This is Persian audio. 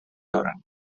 دارم